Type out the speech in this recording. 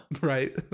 Right